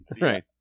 Right